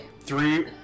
Three